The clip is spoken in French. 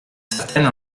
certaine